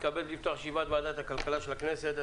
אני מתכבד לפתוח את ישיבת ועדת הכלכלה של הכנסת,